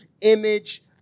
image